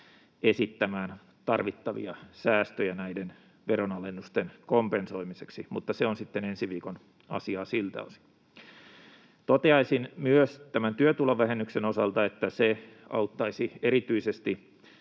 esittämään tarvittavia säästöjä näiden veronalennusten kompensoimiseksi, mutta se on sitten ensi viikon asiaa siltä osin. Toteaisin myös tämän työtulovähennyksen osalta, että se auttaisi erityisesti